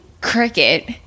cricket